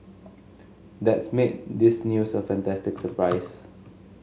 that's made this news a fantastic surprise